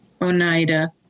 Oneida